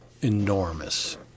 enormous